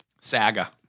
Saga